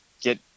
get